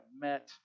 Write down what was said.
met